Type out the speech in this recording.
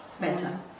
better